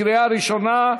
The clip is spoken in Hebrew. קריאה ראשונה.